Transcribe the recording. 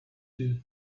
too